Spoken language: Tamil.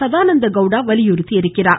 சதானந்த கவுடா வலியுறுத்தியுள்ளார்